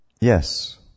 Yes